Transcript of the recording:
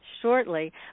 shortly